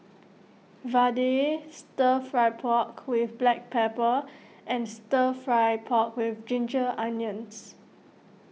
Vadai Stir Fry Pork with Black Pepper and Stir Fried Pork with Ginger Onions